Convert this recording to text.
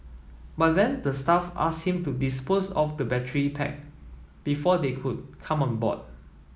but then the staff asked him to dispose of the battery pack before they could come on board